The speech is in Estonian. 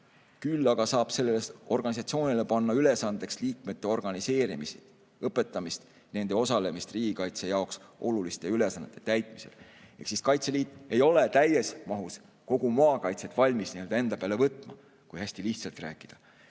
Küll aga saab sellele organisatsioonile panna ülesandeks liikmete organiseerimist, õpetamist ja nende osalemist riigikaitse jaoks oluliste ülesannete täitmisel." Ehk Kaitseliit ei ole täies mahus kogu maakaitset valmis enda peale võtma, kui hästi lihtsalt rääkida.